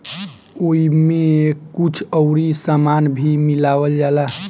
ओइमे कुछ अउरी सामान भी मिलावल जाला